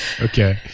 Okay